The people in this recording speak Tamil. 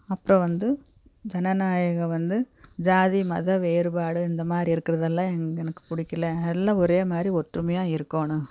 அப்புறோம் வந்து ஜனநாயகம் வந்து ஜாதி மத வேறுபாடு இந்த மாதிரி இருக்கிறதெல்லாம் எனக்கு பிடிக்கல எல்லா ஒரே மாதிரி ஒற்றுமையாக இருக்கணும்